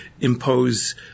impose